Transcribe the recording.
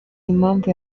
impamvu